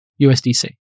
USDC